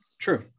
True